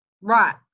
right